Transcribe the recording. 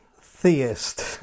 theist